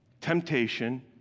temptation